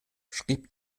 schrieb